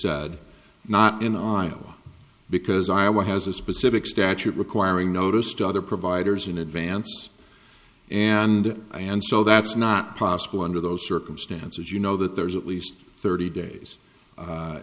said not in iowa because iowa has a specific statute requiring notice to other providers in advance and i and so that's not possible under those circumstances you know that there's at least thirty days